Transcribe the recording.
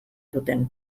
duten